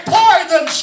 poison